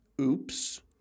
Oops